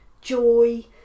joy